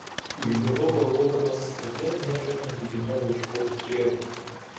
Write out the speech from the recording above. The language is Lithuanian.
užmigau galvodamas kodėl niekad nemėginau ieškoti tėvo